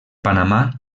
panamà